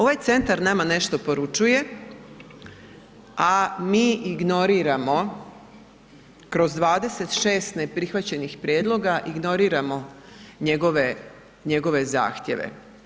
Ovaj centar nama nešto poručuje, a mi ignoriramo kroz 26 neprihvaćenih prijedloga, ignoriramo njegove zahtjeve.